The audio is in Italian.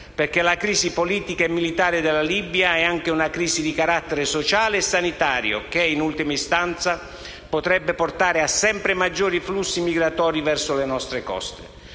La crisi politica e militare della Libia è, infatti, anche di carattere sociale e sanitario e, in ultima istanza, potrebbe portare a sempre maggiori flussi migratori verso le nostre coste.